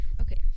Okay